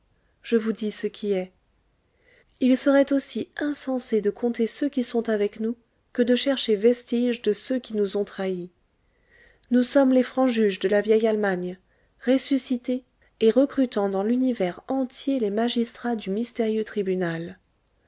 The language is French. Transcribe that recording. je vous dis ce qui est il serait aussi insensé de compter ceux qui sont avec nous que de chercher vestige de ceux qui nous ont trahis nous sommes les francs juges de la vieille allemagne ressuscités et recrutant dans l'univers entier les magistrats du mystérieux tribunal